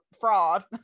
fraud